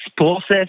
process